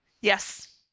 Yes